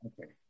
Okay